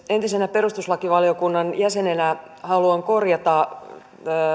entisenä perustuslakivaliokunnan jäsenenä haluan korjata